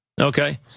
Okay